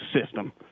system